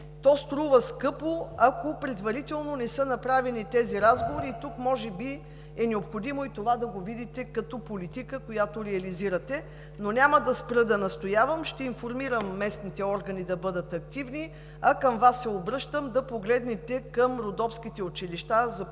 струва скъпо, ако предварително не са направени тези разговори. Тук може би е необходимо и това да го видите като политика, която реализирате. Но няма да спра да настоявам, ще информирам местните органи да бъдат активни, а към Вас се обръщам да погледнете към родопските училища за подкрепа